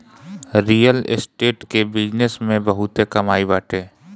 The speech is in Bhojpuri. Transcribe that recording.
रियल स्टेट के बिजनेस में बहुते कमाई बाटे